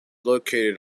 located